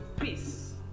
Peace